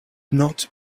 not